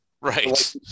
Right